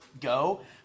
go